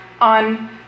on